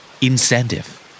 Incentive